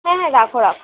হ্যাঁ হ্যাঁ রাখো রাখো